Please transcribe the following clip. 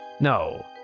No